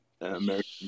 American